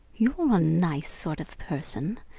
you're a nice sort of person!